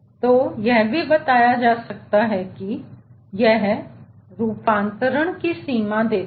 तो यह भी बताया जा सकता है कि यह रुपांतरण की सीमा देता है